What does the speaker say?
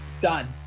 Done